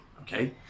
okay